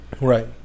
Right